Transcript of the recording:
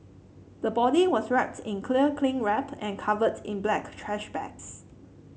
the body was wrap's in clear cling wrap and covered in black trash bags